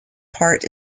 part